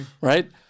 Right